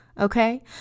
okay